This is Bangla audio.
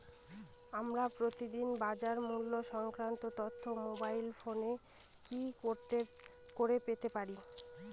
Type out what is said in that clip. আমরা প্রতিদিন বাজার মূল্য সংক্রান্ত তথ্য মোবাইল ফোনে কি করে পেতে পারি?